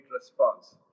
response